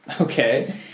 okay